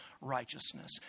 righteousness